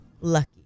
Lucky